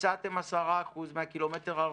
הצעתם 10% מהקילומטר הרביעי,